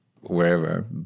wherever